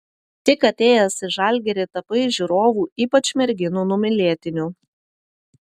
tik atėjęs į žalgirį tapai žiūrovų ypač merginų numylėtiniu